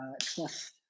trust